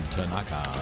Tanaka